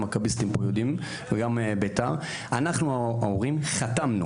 אנחנו ההורים חתמנו